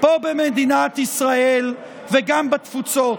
ישראל וגם בתפוצות,